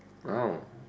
now